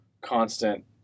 constant